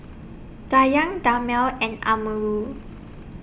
Dayang Damia and Amirul